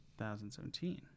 2017